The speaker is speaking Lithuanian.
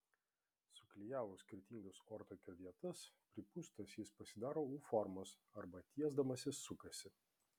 suklijavus skirtingas ortakio vietas pripūstas jis pasidaro u formos arba tiesdamasis sukasi